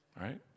right